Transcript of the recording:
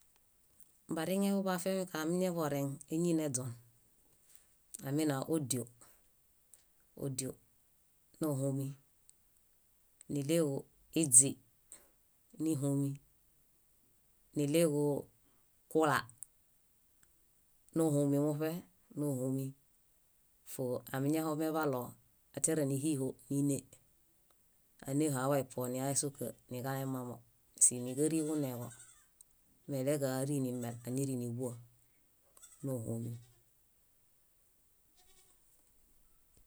Bariŋeḃo boafiamikaɭo amiñaboreŋ eñineźon, amina ódio, ódionohuumin. Níɭeġu iźĩ níhumin. Níɭeġu kula níġuhuumin moṗe níġumin. Fóo amiñahomeḃalo atiara níhiho, níne, áneho aḃaan niṗuõs, nila ésuka, niġalemmamo síniġarĩġuneġo. Me eleġaɭo árin nimel, áñariniḃua, níġuhuumin.